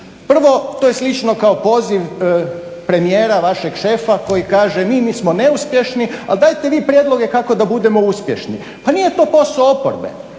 prvo, to je slično kao poziv premijera, vašeg šefa koji kaže, mi nismo neuspješni ali dajte vi prijedloge kako da budemo uspješni, pa nije to posao oporbe